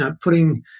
putting